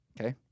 Okay